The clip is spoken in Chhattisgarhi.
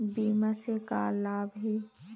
बीमा से का लाभ हे?